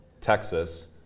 Texas